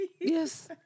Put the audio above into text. Yes